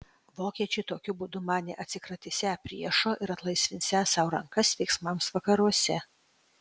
vokiečiai tokiu būdu manė atsikratysią priešo ir atlaisvinsią sau rankas veiksmams vakaruose